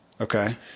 Okay